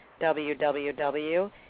www